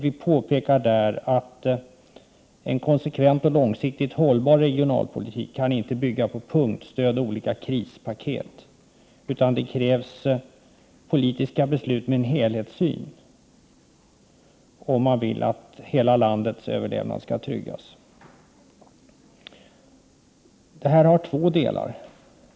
Vi påpekar att en konsekvent och långsiktigt hållbar regionalpolitik inte kan bygga på punktstöd och olika krispaket. Det krävs politiska beslut med en helhetssyn, om man vill att hela landets överlevnad skall tryggas. Detta har två delar.